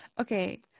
Okay